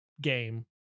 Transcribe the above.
game